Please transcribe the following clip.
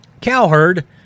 Cowherd